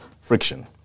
friction